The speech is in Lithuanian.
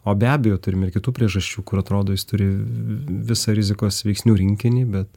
o be abejo turim ir kitų priežasčių kur atrodo jis turi visą rizikos veiksnių rinkinį bet